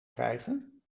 krijgen